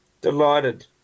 Delighted